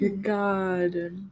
God